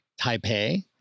taipei